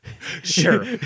Sure